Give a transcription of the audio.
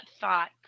thought